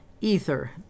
ether